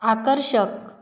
आकर्षक